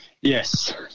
Yes